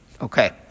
Okay